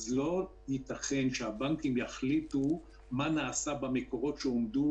אז לא ייתכן שהבנקים יחליטו מה נעשה במקורות שהועמדו